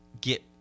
get